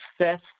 success